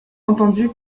entendu